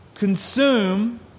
consume